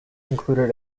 included